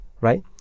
right